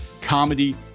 comedy